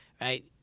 right